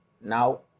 Now